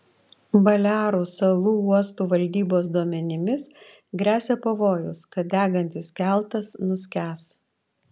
balearų salų uostų valdybos duomenimis gresia pavojus kad degantis keltas nuskęs